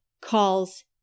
calls